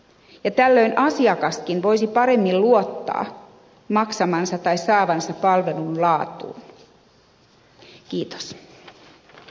tällöin asiakaskin voisi paremmin luottaa maksamansa tai saamansa palvelun laatuun